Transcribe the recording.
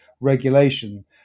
regulation